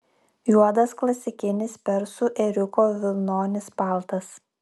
juodas klasikinis persų ėriuko vilnonis paltas